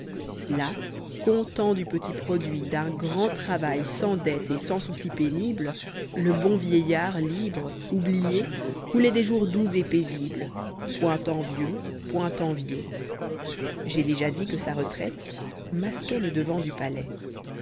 là content du petit produit d'un grand travail sans dette et sans soueis pénibles le bon vieillard libre oublié couloit des jours doux et paisibles point envieux point envié j'ai déjà dit que sa retraite masquoit le devant du palais